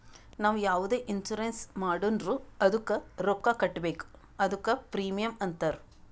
ನಾವು ಯಾವುದೆ ಇನ್ಸೂರೆನ್ಸ್ ಮಾಡುರ್ನು ಅದ್ದುಕ ರೊಕ್ಕಾ ಕಟ್ಬೇಕ್ ಅದ್ದುಕ ಪ್ರೀಮಿಯಂ ಅಂತಾರ್